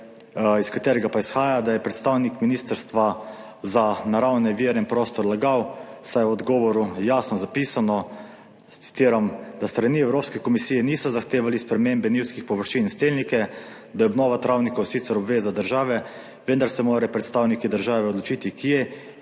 iz katerega pa izhaja, da je predstavnik Ministrstva za naravne vire in prostor lagal, saj je v odgovoru jasno zapisano, citiram: »Da s strani Evropske komisije niso zahtevali spremembe njivskih površin v stelnike, da je obnova travnikov sicer obveza države, vendar se morajo predstavniki države odločiti, kje in